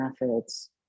methods